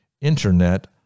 Internet